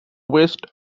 west